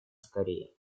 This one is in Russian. скорее